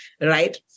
Right